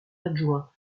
adjoint